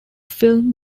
film